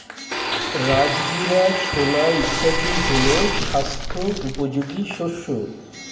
রাজগীরা, ছোলা ইত্যাদি হল স্বাস্থ্য উপযোগী শস্য